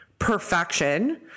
perfection